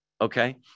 okay